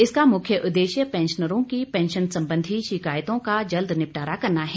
इसका मुख्य उदेश्य पैंशनरों की पैंशन संबंधी शिकायतों का जल्द निपटारा करना है